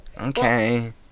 okay